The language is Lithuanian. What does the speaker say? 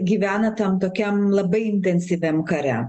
gyvena tam tokiam labai intensyviam kare